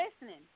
listening